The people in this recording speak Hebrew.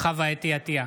חוה אתי עטייה,